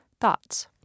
Thoughts